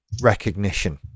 recognition